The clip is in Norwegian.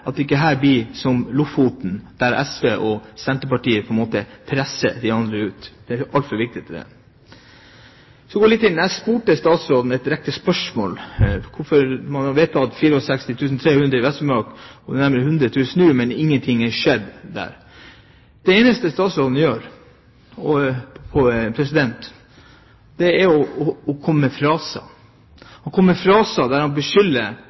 at det ikke her blir som med Lofoten, der SV og Senterpartiet på en måte presset de andre ut. Det er altfor viktig til det. Så går jeg litt videre. Jeg stilte statsråden et direkte spørsmål – hvorfor man i 2002 har vedtatt 64 300 som høyeste reintall i Vest-Finnmark, mens nærmere 100 000 nå – men ingenting er skjedd. Det eneste statsråden gjør, er å komme med fraser der han beskylder